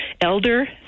elder